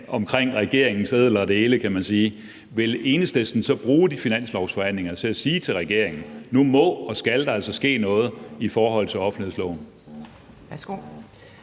omkring regeringens ædlere dele, kan man sige, vil Enhedslisten så bruge de finanslovsforhandlinger til at sige til regeringen, at nu må og skal der altså ske noget i forhold til offentlighedsloven?